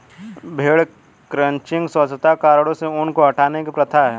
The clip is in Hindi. भेड़ क्रचिंग स्वच्छता कारणों से ऊन को हटाने की प्रथा है